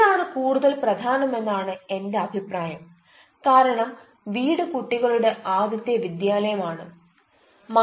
ഇതാണ് കൂടുതൽ പ്രധാനമെന്ന് ആണ് എന്റെ അഭിപ്രായം കാരണം വീട് കുട്ടികളുടെ ആദ്യത്തെ വിദ്യാലയം ആണ് എന്നത് തന്നെ